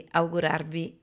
augurarvi